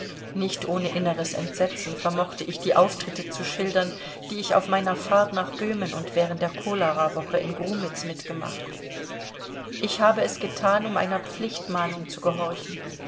nicht ohne inneres entsetzen vermochte ich die auftritte zu schildern die ich auf meiner fahrt nach böhmen und während der cholerawoche in grumitz mitgemacht ich habe es gethan um einer pflichtmahnung zu gehorchen